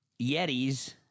yetis